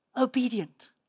Obedient